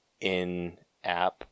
in-app